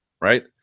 right